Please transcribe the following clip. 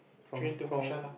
from from